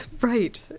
Right